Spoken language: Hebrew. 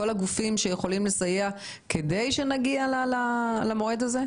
כל הגופים שיכולים לסייע כדי שנגיע למועד הזה?